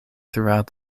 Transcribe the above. throughout